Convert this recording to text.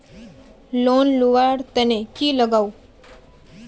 Loan लुवा र तने की लगाव?